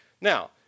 Now